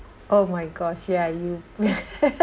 oh my gosh ya you